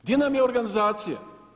Gdje nam je organizacija?